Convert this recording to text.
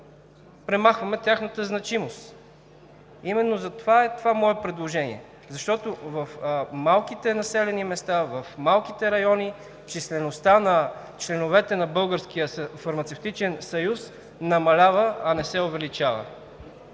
премахваме тяхната значимост. Затова е моето предложение, защото в малките населени места, в малките райони числеността на членовете на Българския фармацевтичен съюз намалява, а не се увеличава.